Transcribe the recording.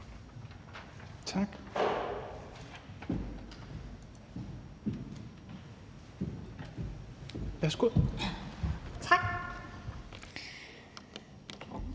Tak. Værsgo. Kl.